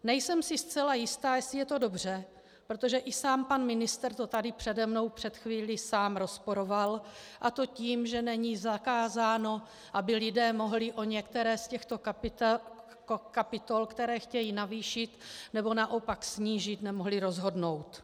Nejsem si zcela jista, jestli je to dobře, protože i sám pan ministr to tady přede mnou před chvílí sám rozporoval, a to tím, že není zakázáno, aby lidé mohli o některé z těchto kapitol, které chtějí navýšit, nebo naopak snížit, nemohli rozhodnout.